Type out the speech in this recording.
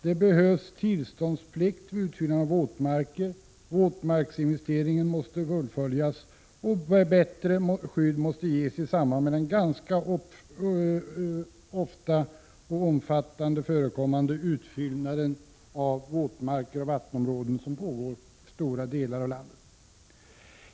Det behövs tillståndsplikt vid utfyllnad av våtmarker, våtmarksinventeringen måste fullföljas, och bättre skydd måste ges i samband med den ganska omfattande utfyllnad av våtmarker och vattenområden som pågår i stora delar av landet.